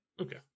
Okay